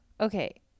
Okay